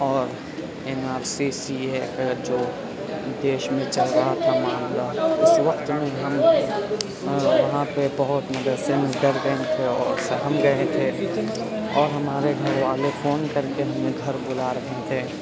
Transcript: اور N R C C A جو دیش میں چل رہا تھا معاملہ اس وقت میں ہم وہاں پہ بہت مدرسے میں ڈر گئے تھے اور سہم گئے تھے اور ہمارے گھر والے فون کر کے ہمیں گھر بلا رہے تھے